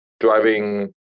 driving